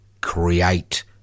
create